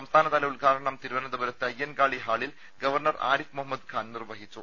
സംസ്ഥാനതല ഉദ്ഘാടനം തിരുവനന്തപുരത്ത് അയ്യൻകാളി ഹാളിൽ ഗവർണർ ആരിഫ് മുഹമ്മദ് ഖാൻ നിർവഹിച്ചു